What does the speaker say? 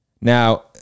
Now